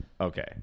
Okay